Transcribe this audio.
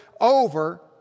over